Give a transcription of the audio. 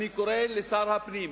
אני קורא לשר הפנים,